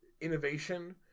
Innovation